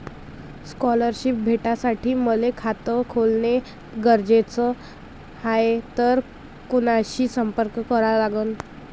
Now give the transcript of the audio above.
Scholarship भेटासाठी मले खात खोलने गरजेचे हाय तर कुणाशी संपर्क करा लागन?